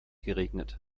geregnet